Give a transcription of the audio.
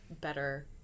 better